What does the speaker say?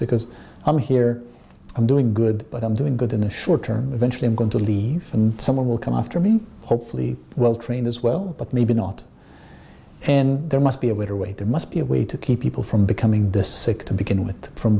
because i'm here i'm doing good but i'm doing good in the short term eventually i'm going to leave and someone will come after me hopefully well trained as well but maybe not in there must be a better way there must be a way to keep people from becoming this sick to begin with from